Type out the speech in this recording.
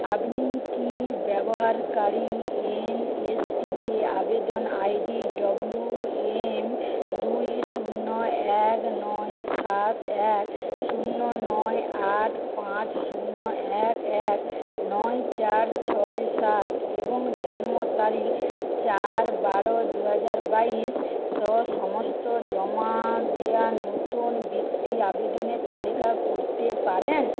আপনি কি ব্যবহারকারী এন এস পিতে আবেদন আইডি ডব্লিউ এ এম দুই শূন্য এক নয় সাত এক শূন্য নয় আট পাঁচ শূন্য এক এক নয় চার ছয় সাত এবং জন্ম তারিখ চার বারো দু হাজার বাইশ স সমস্ত জমা দেওয়া নতুন বৃত্তি আবেদনের তালিকা করতে পারেন